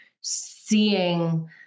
seeing